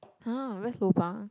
!huh! where's lobang